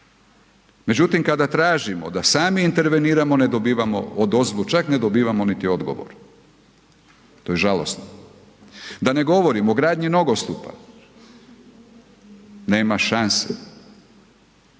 Međutim, kada tražimo da sami interveniramo ne dobivamo … čak ne dobivamo niti odgovor. To je žalosno. Da ne govorim o gradnji nogostupa, nema šanse.